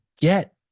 get